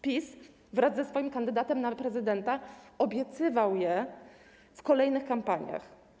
PiS wraz ze swoim kandydatem na prezydenta obiecywał je w kolejnych kampaniach.